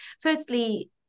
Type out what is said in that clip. firstly